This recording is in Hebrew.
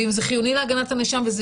ואם זה חיוני להגנת הנאשם וזה